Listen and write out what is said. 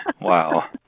Wow